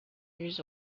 years